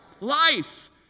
life